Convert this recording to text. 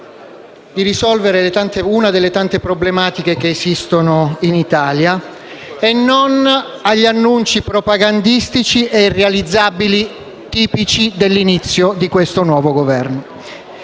di risolvere una delle tante problematiche che esistono in Italia e non agli annunci propagandistici e irrealizzabili tipici dell'inizio di questo nuovo Governo.